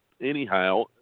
anyhow